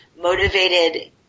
motivated